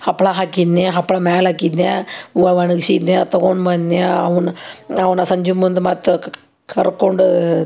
ಹಪ್ಪಳ ಹಾಕಿದ್ನೆ ಹಪ್ಪಳ ಮ್ಯಾಲೆ ಹಾಕಿದ್ನೇ ಒಣಸಿದ್ನೆ ಅದು ತಗೊಂಡು ಬಂದ್ನೇ ಅವ್ನ ಅವನ್ನ ಸಂಜೆ ಮುಂದೆ ಮತ್ತೆ ಕರ್ಕೊಂಡು